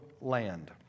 land